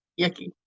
yucky